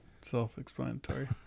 self-explanatory